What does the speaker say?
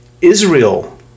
Israel